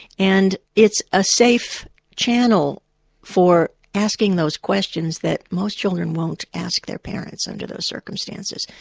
and it's a safe channel for asking those questions that most children won't ask their parents under those circumstances,